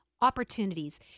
opportunities